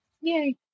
Yay